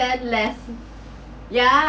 spend less yeah